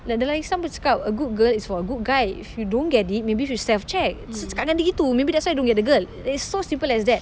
like dalam islam pun cakap a good girl is for a good guy if you don't get it maybe you should self-check so cakap dengan dia gitu maybe that's why I don't get the girl is so simple as that